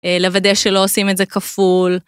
לוודא שלא עושים את זה כפול.